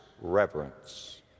reverence